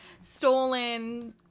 stolen